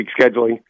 scheduling